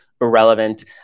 irrelevant